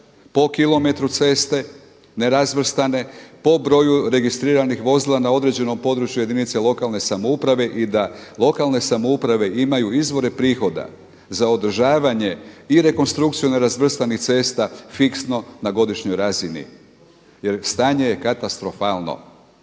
po kilometru ceste nerazvrstane, po broju registriranih vozila na određenom području jedinice lokalne samouprave i da lokalne samouprave imaju izvore prihoda za održavanje i rekonstrukciju nerazvrstanih cesta fiksno na godišnjoj razini jer stanje je katastrofalno?